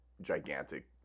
gigantic